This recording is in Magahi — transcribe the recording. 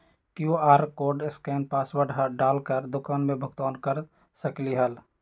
कियु.आर कोड स्केन पासवर्ड डाल कर दुकान में भुगतान कर सकलीहल?